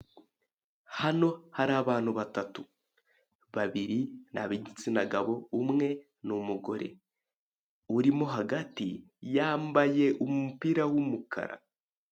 Hano hari abantu batatu babiri ni ab'igitsina gabo umwe ni umugore urimo hagati yambaye umupira w'umukara.